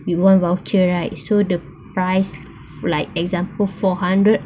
one voucher right so the price like example four hundred